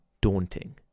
daunting